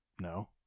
no